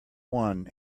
one